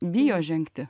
bijo žengti